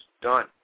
done